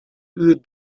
uur